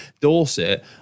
Dorset